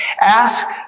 Ask